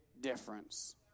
difference